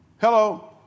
Hello